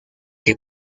que